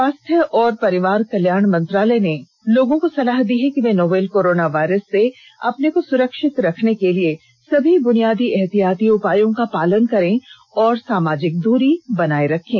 स्वास्थ्य और परिवार कल्याण मंत्रालय ने लोगों को सलाह दी है कि वे नोवल कोरोना वायरस से अपने को सुरक्षित रखने के लिए सभी बुनियादी एहतियाती उपायों का पालन करें और सामाजिक दूरी बनाए रखें